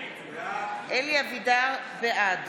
בעד